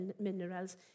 minerals